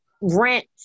rent